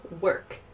work